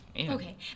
Okay